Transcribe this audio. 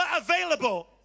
available